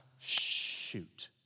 shoot